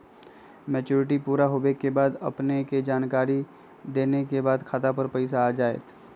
Maturity पुरा होवे के बाद अपने के जानकारी देने के बाद खाता पर पैसा आ जतई?